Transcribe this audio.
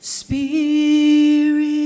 spirit